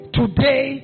today